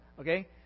okay